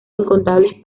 incontables